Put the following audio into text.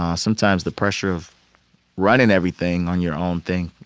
ah sometimes the pressure of running everything on your own thing,